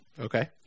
Okay